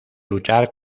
luchar